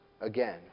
again